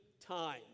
time